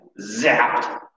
zapped